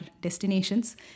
destinations